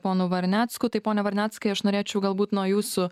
ponu varnecku tai pone varneckai aš norėčiau galbūt nuo jūsų